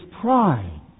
pride